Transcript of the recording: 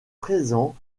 présent